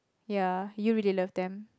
ya you really love them